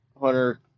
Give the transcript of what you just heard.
hunter